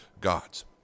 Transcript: gods